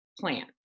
plan